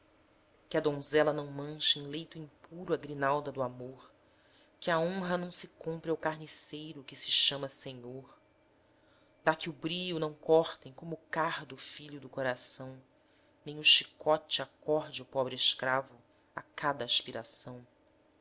que a donzela não manche em leito impuro a grinalda do amor que a honra não se compre ao carniceiro que se chama senhor dá que o brio não cortem como o cardo filho do coração nem o chicote acorde o pobre escravo a cada aspiração